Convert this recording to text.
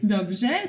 Dobrze